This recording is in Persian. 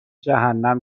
جهنم